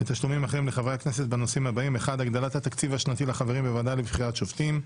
ותשלומים אחרים לחברי הכנסת בנושאים הבאים: 1. הגדלת התקציב השנתי לחברים בוועדה לבחירות שופטים,